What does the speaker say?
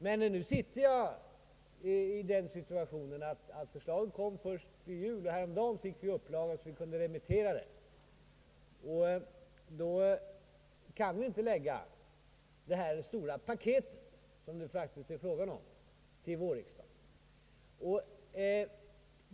Men nu kom jag i den situationen att förslaget från utredningen kom först vid jul. Först häromdagen fick vi upplagan från tryckeriet, så att vi kunde remittera förslaget. Därför kan vi inte lägga fram det stora paket, som det här faktiskt är fråga om, för vårriksdagen.